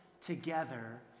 together